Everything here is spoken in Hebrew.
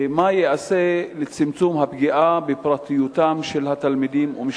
3. מה ייעשה לצמצום הפגיעה בפרטיותם של התלמידים ומשפחותיהם?